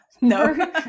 No